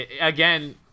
Again